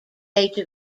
age